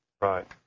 Right